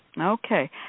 Okay